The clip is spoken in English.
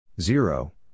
Zero